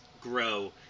grow